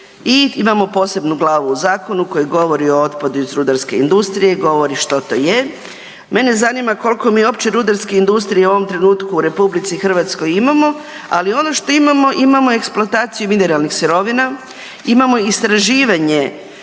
i imamo posebnu glavu u zakonu koja govori o otpadu iz rudarske industrije, govori što to je. Mene zanima koliko mi uopće rudarske industrije u ovom trenutku u RH imamo, ali ono što imamo imamo eksploataciju mineralnih sirovina, imamo istraživanje,